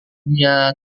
dia